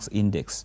index